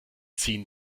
ziehen